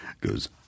goes